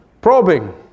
Probing